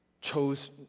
chose